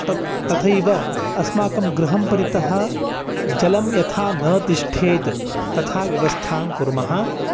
तद् तथैव अस्माकं गृहं परितः जलं यथा न तिष्ठेत् तथा व्यवस्थां कुर्मः